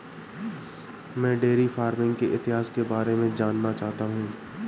मैं dairy farming के इतिहास के बारे में जानना चाहता हूं